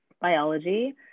biology